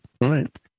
Right